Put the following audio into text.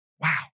Wow